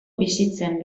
bizitzen